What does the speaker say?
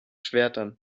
schwertern